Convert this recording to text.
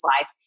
life